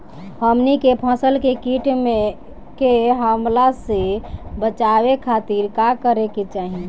हमनी के फसल के कीट के हमला से बचावे खातिर का करे के चाहीं?